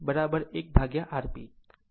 Gconductance1Rp